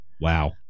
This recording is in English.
Wow